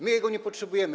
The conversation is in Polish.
My go nie potrzebujemy.